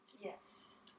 Yes